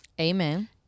Amen